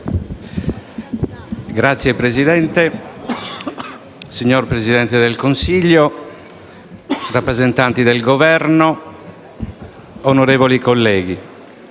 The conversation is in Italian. Signor Presidente, signor Presidente del Consiglio, rappresentanti del Governo, onorevoli colleghi,